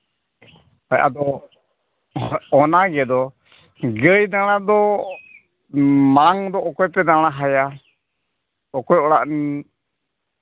ᱦᱳᱭ ᱟᱫᱚ ᱚᱱᱟ ᱜᱮᱫᱚ ᱜᱟᱹᱭ ᱫᱟᱬᱟ ᱫᱚ ᱢᱟᱬᱟᱝ ᱫᱚ ᱚᱠᱚᱭ ᱯᱮ ᱫᱟᱬᱟ ᱟᱭᱟ ᱚᱠᱚᱭ ᱚᱲᱟᱜ ᱨᱮᱱ